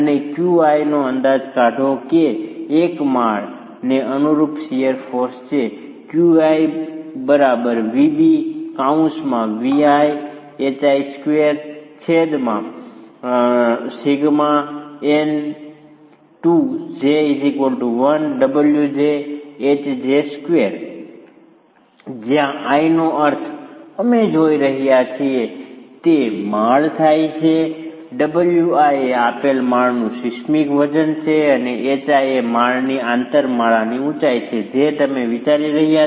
અને Qi નો અંદાજ કાઢો કે જે એક માળ એક માળ ને અનુરૂપ શીયર ફોર્સ છે જ્યાં i નો અર્થ અમે જોઈ રહ્યા છીએ તે માળ થાય છે Wi એ આપેલ માળનું સિસ્મિક વજન છે અને hi એ માળની આંતર માળાની ઊંચાઈ છે જે તમે વિચારી રહ્યાં છો